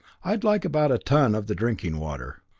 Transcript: i'd like about a ton of the drinking water.